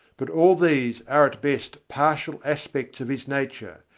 but all these are at best partial aspects of his nature,